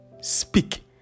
Speak